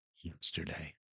yesterday